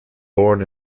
born